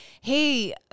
hey